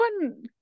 one